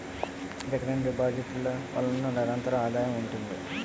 recurring deposit ల వలన నిరంతర ఆదాయం ఉంటుంది